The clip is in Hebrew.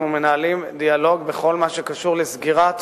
אנחנו מנהלים דיאלוג בכל מה שקשור לסגירת